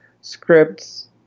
scripts